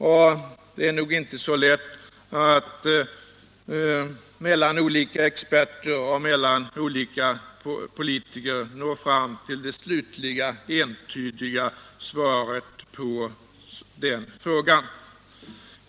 Och det är nog inte så lätt att mellan olika experter och mellan olika politiker nå fram till det slutliga, entydiga svaret på den frågan.